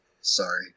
Sorry